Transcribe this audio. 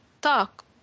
talk